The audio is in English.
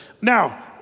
Now